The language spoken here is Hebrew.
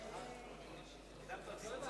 הקדמת אותי.